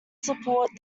support